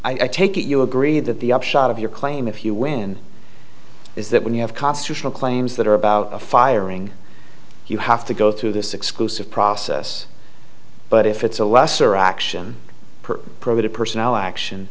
about i take it you agree that the upshot of your claim if you win is that when you have constitutional claims that are about firing you have to go through this exclusive process but if it's a lesser action per procedure personnel action